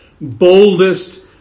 boldest